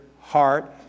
heart